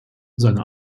seine